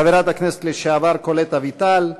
חברת הכנסת לשעבר קולט אביטל,